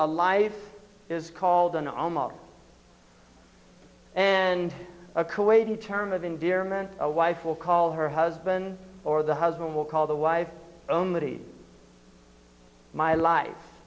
a life is called an almost and a kuwaiti term of endearment a wife will call her husband or the husband will call the wife only my life